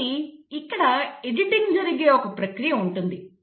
కాబట్టి ఇక్కడ ఎడిటింగ్ జరిగే ఒక ప్రక్రియ ఉంటుంది